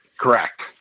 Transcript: Correct